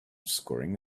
scoring